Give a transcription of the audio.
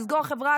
על לסגור חברה,